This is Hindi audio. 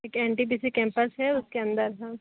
एक N T P C campus है उसके अंदर है